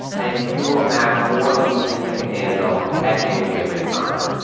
and you will have more leads than you can handle at any given time.